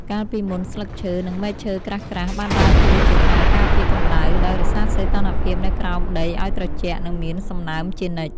កាលពីមុន ស្លឹកឈើ និងមែកឈើក្រាស់ៗបានដើរតួជាខែលការពារកម្ដៅ ដោយរក្សាសីតុណ្ហភាពនៅក្រោមដីឱ្យត្រជាក់ និងមានសំណើមជានិច្ច។